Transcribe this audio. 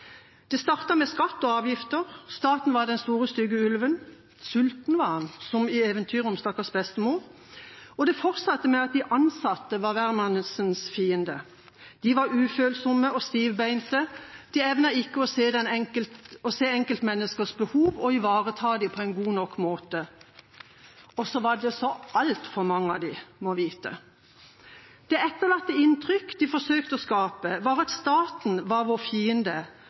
Det startet med skatt og avgifter. Staten var den store, stygge ulven – sulten var han, som i eventyret om stakkars bestemor – og det fortsatte med at de ansatte var hvermannsens fiende. De var ufølsomme og stivbente, de evnet ikke å se enkeltmenneskers behov og ivareta dem på en god nok måte – og så var det så altfor mange av dem, må vite. Det etterlatte inntrykk, som de forsøkte å skape, var at staten var vår fiende,